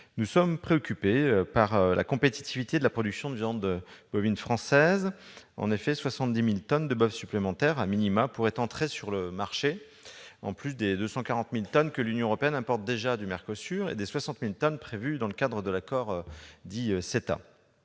toutefois préoccupés par la compétitivité de la production de viande bovine française. En effet, 70 000 tonnes de boeuf supplémentaires pourraient entrer sur le marché en plus des 240 000 tonnes que l'Union européenne importe déjà du MERCOSUR et des 60 000 tonnes prévues dans le cadre de l'accord